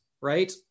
right